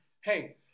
hey